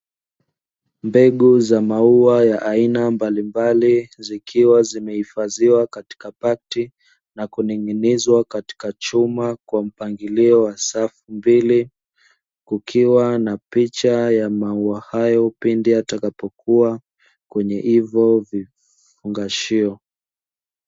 Mbegu za maua ya aina mbalimbali zikiwa zimehifadhiwa katika pakiti na kuning’inizwa katika chuma kwa mpangilio wa safu mbili, kukiwa na picha ya maua hayo pindi yatakapokua kwenye hivyo vifungashio.